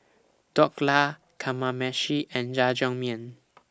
Dhokla Kamameshi and Jajangmyeon